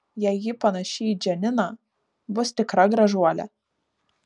jei ji panaši į džaniną bus tikra gražuolė